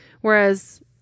Whereas